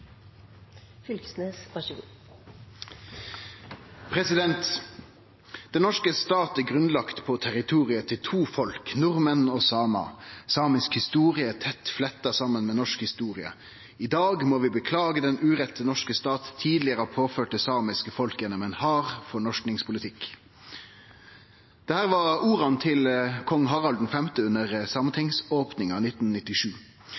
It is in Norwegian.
norske stat er grunnlagt på territoriet til to folk – nordmenn og samer. Samisk historie er tett flettet sammen med norsk historie. I dag må vi beklage den urett den norske stat tidligere har påført det samiske folk gjennom en hard fornorskningspolitikk.» Dette var orda til kong Harald V under sametingsopninga i 1997.